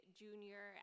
junior